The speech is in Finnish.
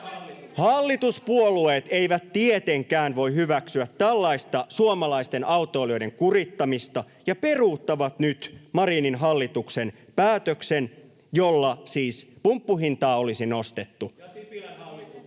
Hallituspuolueet eivät tietenkään voi hyväksyä tällaista suomalaisten autoilijoiden kurittamista ja peruuttavat nyt Marinin hallituksen päätöksen, jolla siis pumppuhintaa olisi nostettu.